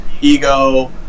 ego